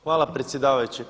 Hvala predsjedavajući.